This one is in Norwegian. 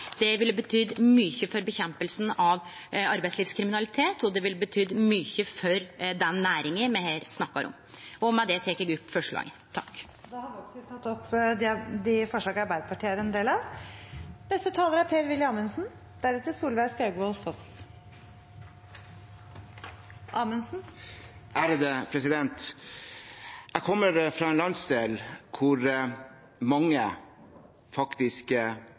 Det ville bety mykje for nedkjempinga av arbeidslivskriminalitet, og det ville bety mykje for den næringa me her snakkar om. Med det tek eg opp forslaga frå Arbeidarpartiet og SV. Da har representanten Lene Vågslid tatt opp de forslagene hun refererte til. Jeg kommer fra en landsdel der mange